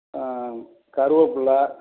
ஆ கருவப்பில்ல